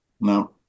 No